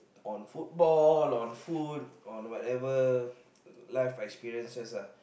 on football on food on whatever life experiences lah